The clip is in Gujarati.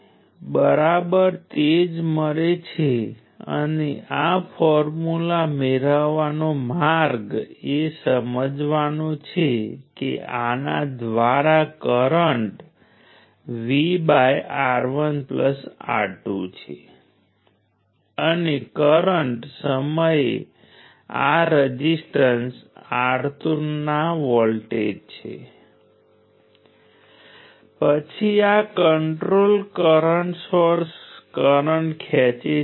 હવે તમે તેની ગણતરી V2 R તરીકે પણ કરી શકો છો જે 2 વોલ્ટનો વર્ગ ભાગ્યા 1 કિલો જે 4 × 10 3 વોટ છે જે 4 મિલી વોટ છે દેખીતી રીતે જો તમે I2 R નો ઉપયોગ કરશો તો તે જ જવાબ મળશે જે કરંટ × રઝિસ્ટરનો વર્ગ છે